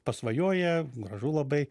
pasvajoja gražu labai